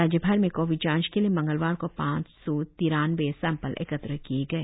राज्य भर में कोविड जांच के लिए मंगलवार को पांच सौ तिरानबे सैंपल एकत्र किए गए